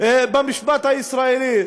במשפט הישראלי.